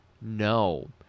No